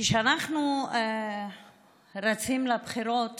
כשאנחנו רצים לבחירות